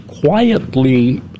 quietly